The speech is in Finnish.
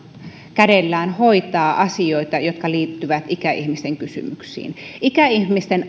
kädellään hoitaa asioita jotka liittyvät ikäihmisten kysymyksiin ikäihmisten